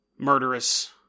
Murderous